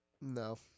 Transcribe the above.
No